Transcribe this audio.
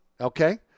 okay